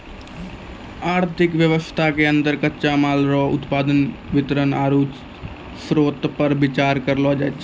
आर्थिक वेवस्था के अन्दर कच्चा माल रो उत्पादन वितरण आरु श्रोतपर बिचार करलो जाय छै